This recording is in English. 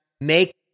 make